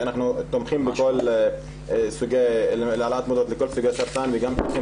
אנחנו תומכים בהעלאת מודעות לכל סוגי הסרטן וגם תומכים